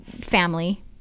family